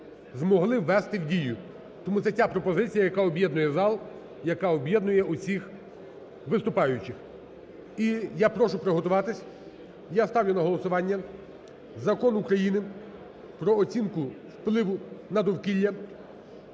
змогли ввести в дію. Тому це ця пропозиція, яка об'єднує зал, яка об'єднує всіх виступаючих. І я прошу приготуватись, я ставлю на голосування Закону України "Про оцінку впливу на довкілля"